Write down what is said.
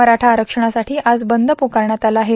मराठा आरक्षणासाठी आज बंद पुकारण्यात आला आहे